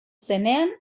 zenean